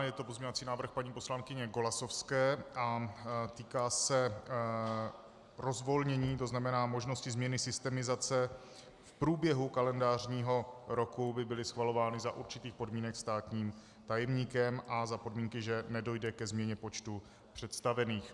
Je to pozměňovací návrh paní poslankyně Golasowské a týká se rozvolnění, tzn. možnosti změny systemizace, v průběhu kalendářního roku by byly schvalovány za určitým podmínek státním tajemníkem a za podmínky, že nedojde ke změně počtu představených.